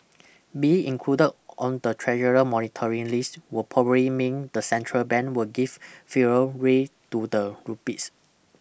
being included on the treasurer monitoring list will probably mean the central bank will give freer rein to the rupees